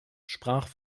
sprach